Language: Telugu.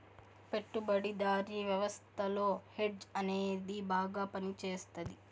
పెట్టుబడిదారీ వ్యవస్థలో హెడ్జ్ అనేది బాగా పనిచేస్తది